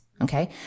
Okay